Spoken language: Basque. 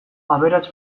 aberats